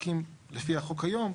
רק אם לפי החוק היום,